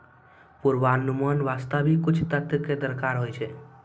पुर्वानुमान वास्ते भी कुछ तथ्य कॅ दरकार होय छै